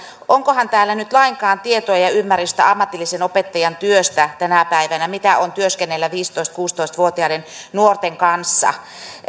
onkohan täällä nyt lainkaan tietoa ja ymmärrystä ammatillisen opettajan työstä tänä päivänä siitä mitä on työskennellä viisitoista viiva kuusitoista vuotiaiden nuorten kanssa